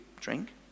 drink